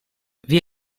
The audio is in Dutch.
wie